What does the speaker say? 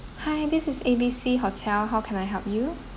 hi this is A B C hotel how can I help you